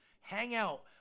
hangout